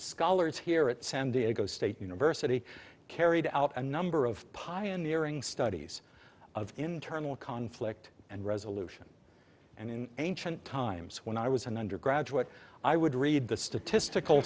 scholars here at san diego state university carried out a number of pioneering studies of internal conflict and resolution and in ancient times when i was an undergraduate i would read the statistical